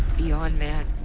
beyond man.